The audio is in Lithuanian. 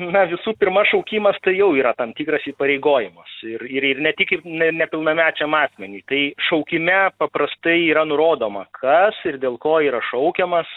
na visų pirma šaukimas tai jau yra tam tikras įpareigojimas ir ir ne tik ir ne nepilnamečiam asmeniui tai šaukime paprastai yra nurodoma kas ir dėl ko yra šaukiamas